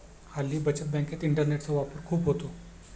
हल्ली बचत बँकेत इंटरनेटचा वापर खूप होतो